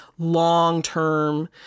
long-term